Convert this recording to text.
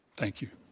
thank you.